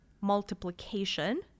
multiplication